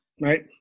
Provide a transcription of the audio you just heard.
right